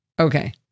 Okay